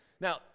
Now